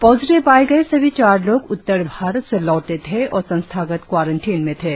positive पाए गए सभी चार लोग उत्तर भारत से लौटे थे और संस्थागत क्वारंटिन में थे